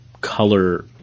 color